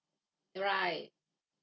right